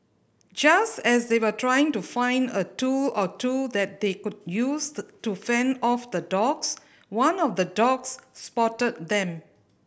just as they were trying to find a tool or two that they could used to fend off the dogs one of the dogs spotted them